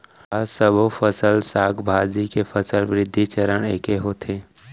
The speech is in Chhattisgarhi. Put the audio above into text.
का सबो फसल, साग भाजी के फसल वृद्धि चरण ऐके होथे?